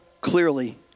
clearly